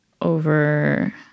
over